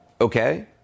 okay